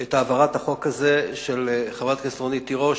את העברת החוק הזה של חברת הכנסת רונית תירוש,